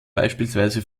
beispielsweise